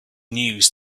news